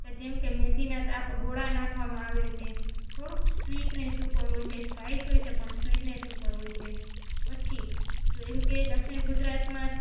કે જેમ કે મેથીના તાપ ગોળા નાખવામાં આવે છે થોડુંક સ્વીટનેસ ઉપર હોય છે સ્પાઇસ હોય છે પણ સ્વીટનેસ ઉપર હોય છે પછી જો એમ કે દક્ષિણ ગુજરાતમાં